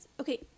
okay